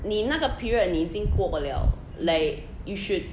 你那个 period 你已经过 liao like you should